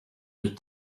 did